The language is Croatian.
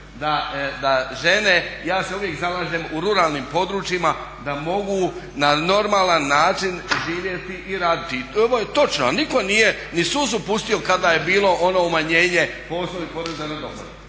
da žene, ja se uvijek zalažem u ruralnim područjima da mogu na normalni način živjeti i raditi. I ovo je točno, a nitko nije ni suzu pustio kada je bilo ono umanjenje po osnovi poreza na dohodak.